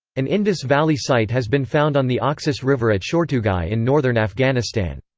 an indus valley site has been found on the oxus river at shortugai in northern afghanistan.